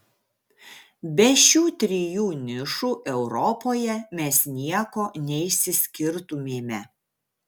be šių trijų nišų europoje mes nieko neišsiskirtumėme